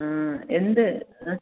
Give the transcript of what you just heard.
ആ എന്ത്